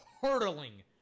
hurtling